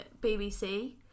BBC